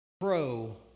pro